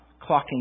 clocking